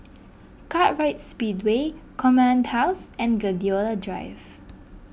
Kartright Speedway Command House and Gladiola Drive